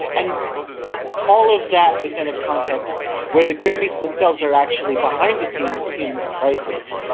and all of that within a context where the grammys themselves are actually behind the scenes in crisis.